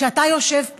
כשאתה יושב פה,